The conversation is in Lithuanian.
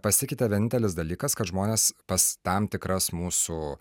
pasikeitė vienintelis dalykas kad žmonės pas tam tikras mūsų